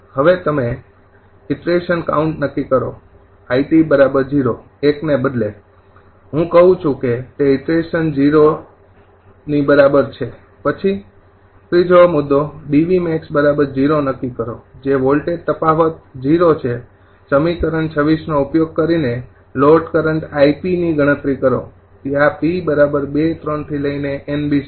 ૨ હવે તમે iteration count નક્કી કરો 𝐼𝑇 0 ૧ ને બદલે હું કહું છું કે તે ઇટરેશન ૦ ની બરાબર છે પછી ૩ 𝐷𝑉𝑀𝐴𝑋 ૦ નક્કી કરો જે વોલ્ટેજ તફાવત મહત્તમ ૦ છે સમીકરણ ૨૬ નો ઉપયોગ કરી ને લોડ કરંટ 𝑖𝑝 ની ગણતરી કરો ત્યાં 𝑝૨૩𝑁𝐵